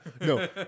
no